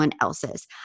else's